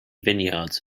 vineyards